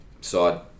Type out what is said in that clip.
Side